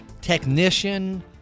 technician